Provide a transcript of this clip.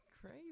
crazy